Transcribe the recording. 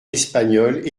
espagnol